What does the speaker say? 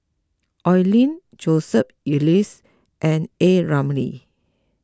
Oi Lin Joseph Elias and A Ramli